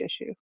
issue